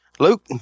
Luke